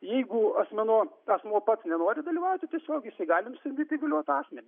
jeigu asmenų asmuo pats nenori dalyvauti tiesiogiai jisai gali nusisamdyti įgaliotą asmenį